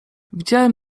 widziałem